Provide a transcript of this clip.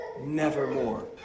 nevermore